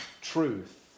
truth